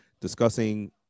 discussing